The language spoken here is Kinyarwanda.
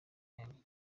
yanjye